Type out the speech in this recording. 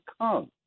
come